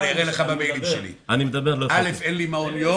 אראה לך בדוא"ל שלי: א' אין לי מעון יום.